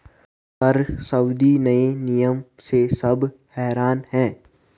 कर संबंधी नए नियम से सब हैरान हैं